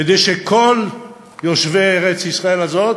כדי שכל יושבי ארץ-ישראל הזאת